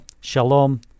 shalom